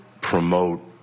promote